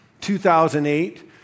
2008